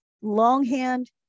longhand